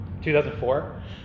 2004